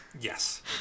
yes